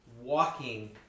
walking